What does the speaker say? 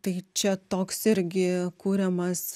tai čia toks irgi kuriamas